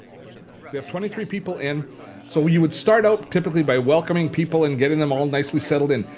we have twenty three people in so you would start out typically by welcoming people and getting them all nicely settled in.